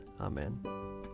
Amen